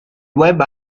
web